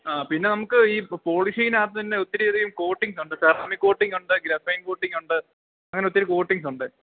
ആ പിന്നെ നമുക്ക് ഈ പോളിഷീനാക തന്നെ ഒത്തിരിധികം കോട്ടിങ്സ് ഉണ്ട് െറമി കോട്ടിംഗ ഉണ്ട് ഗ്രഫൻ കോട്ടിംഗ ഉണ്ട് അങ്ങനെ ഒത്തിരി കോട്ടിങ്സ് ഉണ്ട്